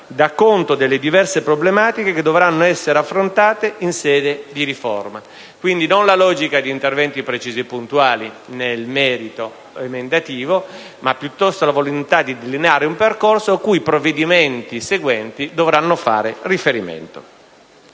dà conto delle diverse problematiche che dovranno essere affrontate in sede di riforma. Quindi, non si tratta della logica di interventi precisi e puntuali nel merito emendativo, ma piuttosto della volontà di delineare un percorso cui i provvedimenti successivi dovranno fare riferimento.